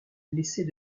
blessés